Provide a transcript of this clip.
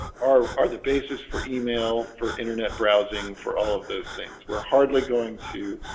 are the basis for email for internet browsing for all of those things, we're hardly going to